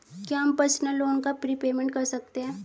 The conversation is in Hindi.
क्या हम पर्सनल लोन का प्रीपेमेंट कर सकते हैं?